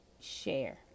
share